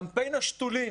קמפיין השתולים